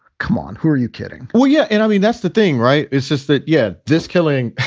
come on. who are you kidding? well, yeah. and i mean, that's the thing, right? it's just that. yeah. this killing,